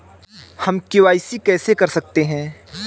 हम के.वाई.सी कैसे कर सकते हैं?